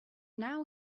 now